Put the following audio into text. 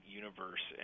universe